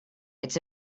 it’s